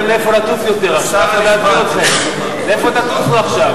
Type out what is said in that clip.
אין להם לאיפה לטוס יותר, לאיפה תטוסו עכשיו?